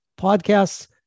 podcasts